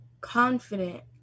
confident